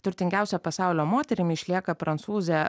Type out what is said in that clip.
turtingiausia pasaulio moterimi išlieka prancūzė